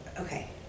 okay